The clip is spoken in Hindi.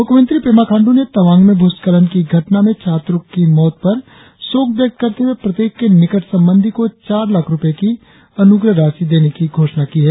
मुख्यमंत्री पेमा खांडू ने तवांग में भूस्खलन की घटना में छात्रों की मौत पर शोक व्यक्त करते हुए प्रत्येक के निकट संबंधी को चार लाख रुपये की अनुग्रह राशि देने की घोषणा की है